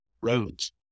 roads